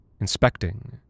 inspecting